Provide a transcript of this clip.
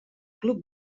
club